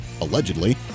allegedly